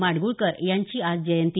माडगुळकर यांची आज जयंती